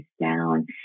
down